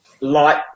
light